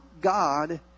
God